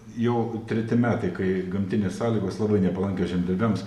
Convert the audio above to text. jau treti metai kai gamtinės sąlygos labai nepalankios žemdirbiams